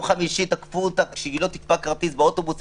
חמישי תקפו אותה כשהיא לא תיקפה כרטיס באוטובוס,